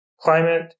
climate